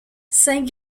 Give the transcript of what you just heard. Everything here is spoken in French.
saint